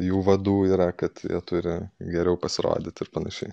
jų vadų yra kad jie turi geriau pasirodyt ir panašiai